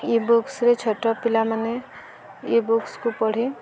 ଇବୁକ୍ସରେ ଛୋଟ ପିଲାମାନେ ଇବୁକ୍ସକୁ ପଢ଼ି